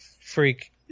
freak